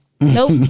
Nope